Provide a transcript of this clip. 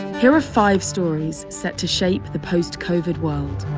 here are five stories set to shape the post-covid world